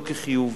לא כחיוב,